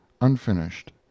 unfinished